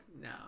No